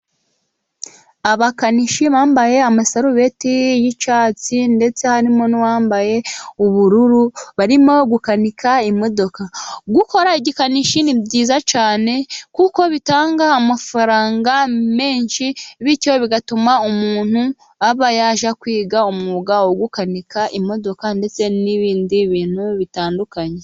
Abakanishi bambaye amasarubeti y'icyatsi ,ndetse harimo n'uwambaye ubururu. Barimo gukanika imodoka. Gukora igikanishi ni byiza cyane kuko bitanga amafaranga menshi. Bityo bigatuma umuntu aba yajya kwiga umwuga wo gukanika imodoka, ndetse n'ibindi bintu bitandukanye.